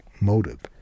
motive